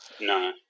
No